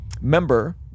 member